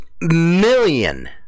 million